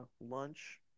lunch